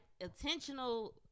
intentional